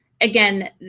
again